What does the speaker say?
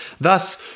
Thus